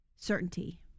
certainty